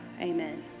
Amen